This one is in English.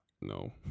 no